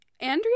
Andrea